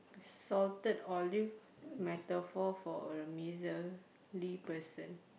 salted olive metaphor for a misery person